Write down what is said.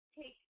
take